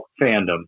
fandom